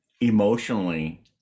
emotionally